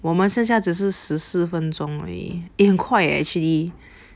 我们剩下只是十四分钟而已 eh 很快哦 actually